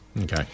Okay